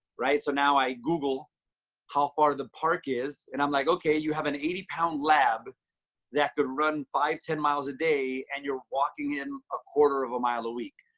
right? so now i google how far the park is. and i'm like, ok, you have an eighty pound lab that could run five, ten miles a day and you're walking in a quarter of a mile a week.